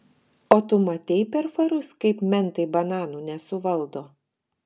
o tu matei per farus kaip mentai bananų nesuvaldo